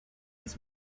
his